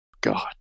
God